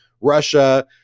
Russia